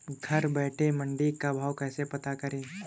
घर बैठे मंडी का भाव कैसे पता करें?